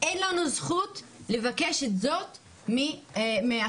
אין לנו זכות לבקש זאת מאחרים.